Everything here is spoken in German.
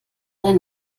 ein